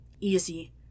Easy